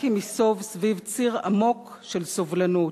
רק אם ייסוב סביב ציר עמוק של סובלנות.